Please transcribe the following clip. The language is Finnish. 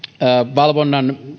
valvonnan